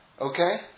Okay